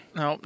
no